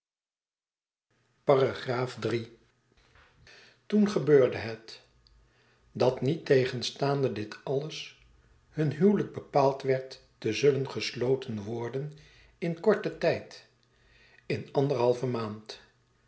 iii toen gebeurde het dat niettegenstaande dit alles hun huwelijk bepaald werd te zullen gesloten worden in korten tijd in anderhalve maand